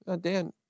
Dan